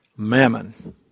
mammon